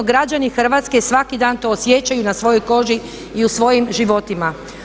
Građani Hrvatske svaki dan to osjećaju na svojoj koži i u svojim životima.